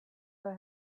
her